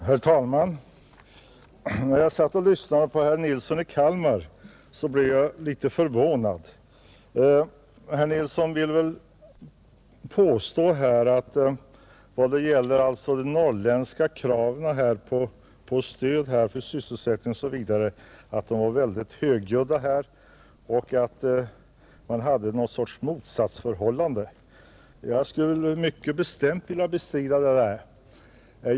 Herr talman! När jag satt och lyssnade på herr Nilsson i Kalmar blev jag litet förvånad, Herr Nilsson vill påstå att de norrländska kraven på stöd, på sysselsättning osv. var mycket högljudda och att det rådde någon sorts motsatsförhållande, Jag skulle mycket bestämt vilja bestrida detta.